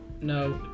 No